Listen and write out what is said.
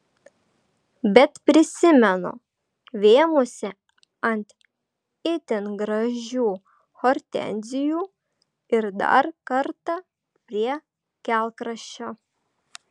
bet prisimenu vėmusi ant itin gražių hortenzijų ir dar kartą prie kelkraščio